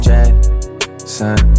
Jackson